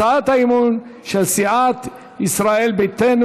הצעת האי-אמון של סיעת ישראל ביתנו.